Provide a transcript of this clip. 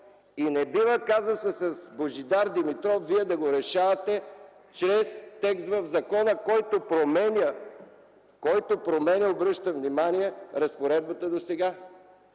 И не бива казусът с Божидар Димитров вие да го решавате чрез текст в закона, който променя, обръщам внимание, разпоредбата досега.